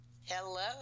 Hello